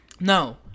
no